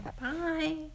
Bye